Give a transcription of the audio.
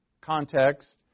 Context